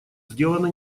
сделано